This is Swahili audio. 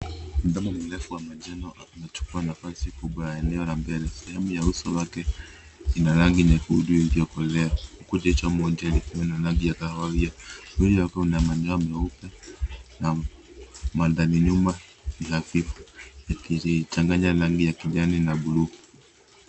Ndege mrefu wa majengo anachukua nafasi kubwa ya eneo la mbele. Sehemu ya uso wake ina rangi nyekundu iliyokolea. Huku jicho moja likiwa na rangi ya kahawia. Mwili wake una manyoya meupe na mandhari nyuma ni hafifu, ikichanganya rangi ya kijani na blue .